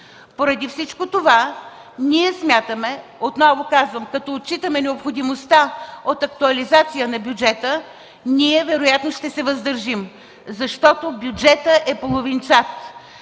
Поради всичко това смятаме, отново казвам, като отчитаме необходимостта от актуализация на бюджета ние вероятно ще се въздържим, защото бюджетът е половинчат.